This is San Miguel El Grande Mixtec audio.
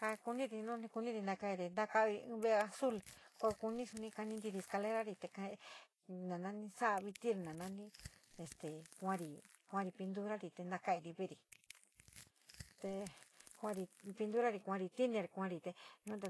Ja kuníri na kaíri in ve´e azul ka kuní soní kaní. Tiíri escalera rí cada admitir na naní este kuarí. Kuarí pintuaní te nakuarí veeri, te kuarí pístuarí miner, kuarí te